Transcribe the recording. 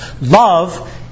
Love